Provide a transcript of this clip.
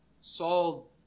Saul